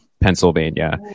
pennsylvania